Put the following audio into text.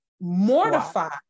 mortified